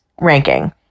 ranking